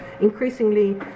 increasingly